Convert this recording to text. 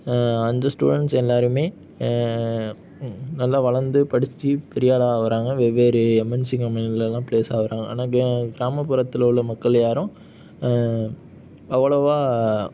அந்த ஸ்டூடண்ட்ஸ் எல்லாேருமே நல்லா வளர்ந்து படித்து பெரிய ஆளாக வராங்க வெவ்வேறு எம்என்சி கம்பெனிலெலாம் பிளேஸ் ஆகிறாங்க ஆனால் கிராமப்புறத்தில் உள்ள மக்கள் யாரும் அவ்வளோவா